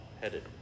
headed